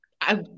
I